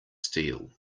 steel